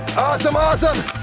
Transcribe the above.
awesome, awesome.